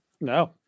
No